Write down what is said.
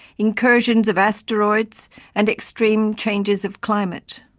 incursions of asteroids and extreme changes of climate.